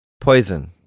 Poison